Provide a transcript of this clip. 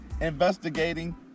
investigating